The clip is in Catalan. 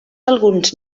alguns